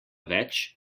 več